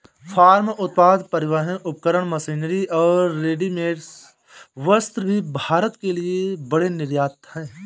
farm उत्पाद, परिवहन उपकरण, मशीनरी और रेडीमेड वस्त्र भी भारत के लिए बड़े निर्यात हैं